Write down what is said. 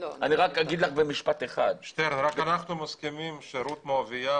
אני רק אגיד לך במשפט אחד --- אנחנו מסכימים שרות המואבייה